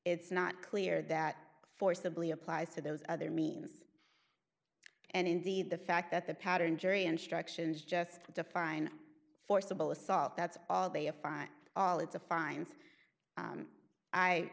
it's not clear that forcibly applies to those other means and indeed the fact that the pattern jury instructions just define forcible assault that's all they a fine all it's a fine